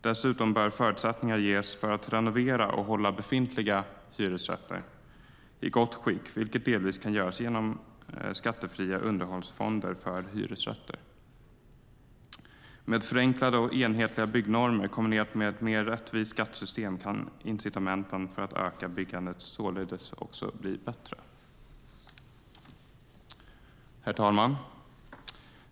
Dessutom bör förutsättningar ges för att renovera och hålla befintliga hyresrätter i gott skick, vilket delvis kan göras genom skattefria underhållsfonder för hyresrätter. Med förenklade och enhetliga byggnormer kombinerat med ett mer rättvist skattesystem kan incitamenten för att öka byggandet således också bli bättre. Herr talman!